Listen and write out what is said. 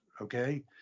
okay